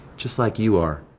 just like you are.